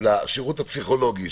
לשירות הפסיכולוגי,